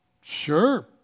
Sure